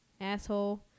asshole